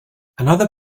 another